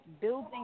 Building